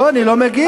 לא, אני לא מגיב.